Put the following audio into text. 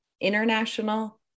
international